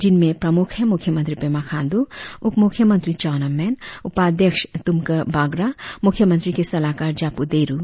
जिनमें प्रमुख है मुख्यमंत्री पेमा खांडू उप मुख्यमंत्री चाउना मैन उपाध्यक्ष तुमके बागरा मुख्यमंत्री के सलाहकार जापू देरु